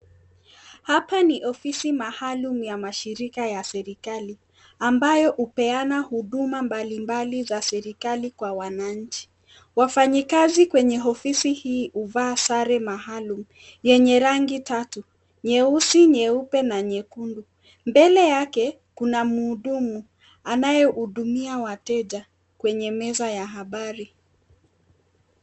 Hapa ni ofisi maalum ya mashirika ya serikali, ambayo hupeana huduma mbali mbali za serikali kwa wananchi. Wafanyekazi kwenye ofisi hii huvaa saree maalum yenye rangi tatu, Nyeusi, nyeupe na nyekundu. Mbele yake kuna muhudumu, anayehudumia wateja kwenye meza ya habari.